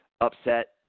upset